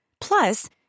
Plus